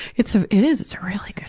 it's a, it is, it's a really good